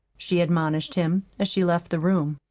she admonished him, as she left the room.